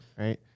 Right